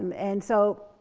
um and so,